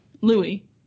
Louis